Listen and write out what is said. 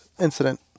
incident